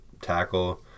tackle